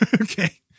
Okay